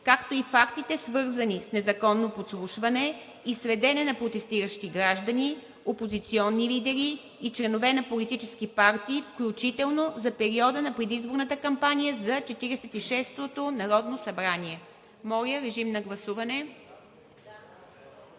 както и фактите, свързани с незаконно подслушване и следене на протестиращи граждани, опозиционни лидери и членове на политически партии, включително за периода на предизборната кампания за Четиридесет и шестото народно събрание“. Моля, режим на гласуване.